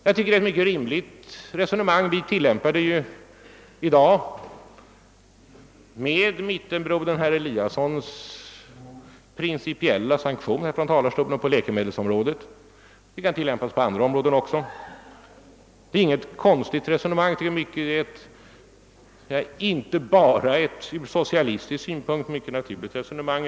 Jag tycker att det är ett mycket rimligt resonemang; vi tillämpar det i dag på läkemedelsområdet med mittenpartibrodern herr Eliassons i Sundborn principiella sanktion. Det kan tillämpas på andra områden också. Det är inte något konstigt resonemang; det är ett inte bara från socialistisk synpunkt mycket naturligt resonemang.